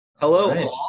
Hello